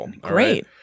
great